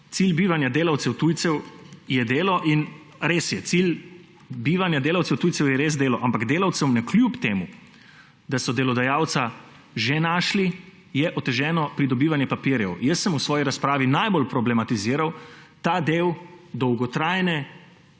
Cilj bivanja delavcev tujcev je delo in res je, cilj bivanja delavcev tujcev je res delo, ampak delavcem, navkljub temu da so delodajalca že našli, je oteženo pridobivanje papirjev. V svoji razpravi sem najbolj problematiziral ta del dolgotrajne